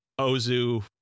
Ozu